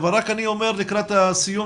אבל רק אני אומר לקראת הסיום,